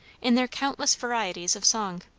in their countless varieties of song.